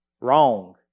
Wrong